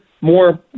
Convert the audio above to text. more